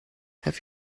have